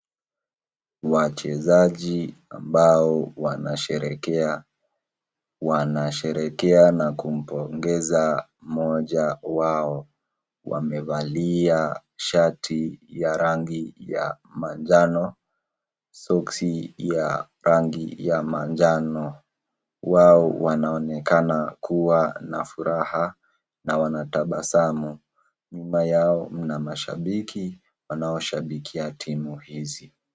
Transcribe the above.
Wachezaji ambao wanasherehekea na kumpongeza mmoja wao. Wamevalia shati ya rangi ya manjano, soksi ya rangi ya manjano. Wao wanaonekana kuwa na furaha na wanatabasamu. Nyuma yao kuna mashabiki wanaoshabikia timu hizi.